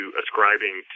ascribing